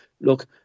look